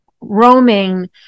roaming